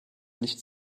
nicht